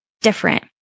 Different